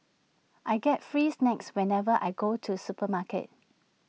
I get free snacks whenever I go to supermarket